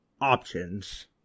options